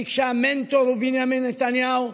כי כשהמנטור הוא בנימין נתניהו,